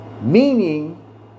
Meaning